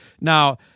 Now